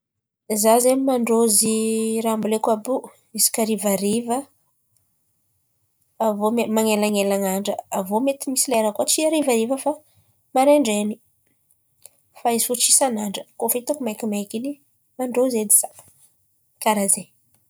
Izaho zen̈y mandrozy raha amboleko àby io, isaka harivariva avy iô man̈elan̈elan'andra. Avy eo misy lera koa tsy harivariva fa maraindrain̈y fa izy fo tsy isan'andra, kôa fa hitako maikimaiky in̈y mandrôzy edy izaho, kàra zen̈y.